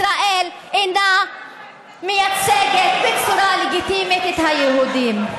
ישראל אינה מייצגת בצורה לגיטימית את היהודים.